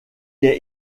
est